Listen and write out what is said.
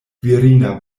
virina